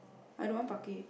I don't want parquet